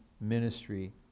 ministry